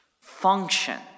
function